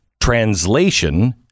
Translation